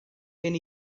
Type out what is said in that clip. gen